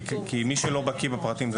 כי מי שלא בקיא בפרטים,